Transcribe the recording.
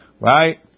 Right